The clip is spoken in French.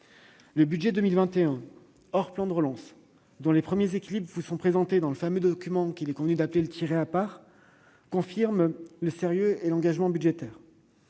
Le budget pour 2021, hors plan de relance, dont les premiers équilibres vous sont présentés dans le document qu'il est convenu d'appeler le « tiré à part », confirme notre sérieux et notre engagement budgétaire.